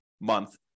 month